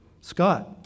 Scott